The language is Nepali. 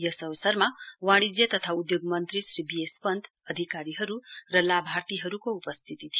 यस अवसरमा वाणिज्य तथा उधोग मन्त्री श्री वी एस पन्त अधिकारीहरु र लाभार्थीहरुको उपस्थिती थियो